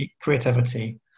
creativity